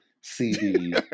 CD